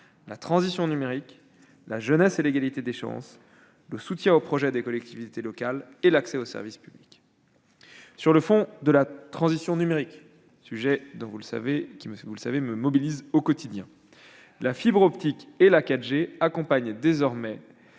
la transition numérique, la jeunesse et l'égalité des chances, le soutien aux projets des collectivités locales et l'accès aux services publics. Sur le fond de la transition numérique- un sujet sur lequel, vous le savez, je suis mobilisé au quotidien -, la fibre optique et la 4G accompagnent désormais